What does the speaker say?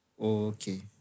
Okay